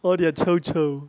or their 臭臭